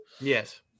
Yes